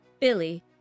Billy